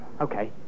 Okay